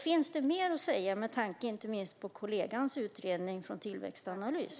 Finns det mer att säga med tanke på inte minst kollegans utredning från Tillväxtanalys?